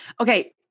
Okay